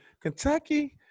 Kentucky